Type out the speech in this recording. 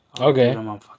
Okay